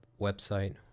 website